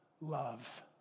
love